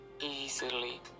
easily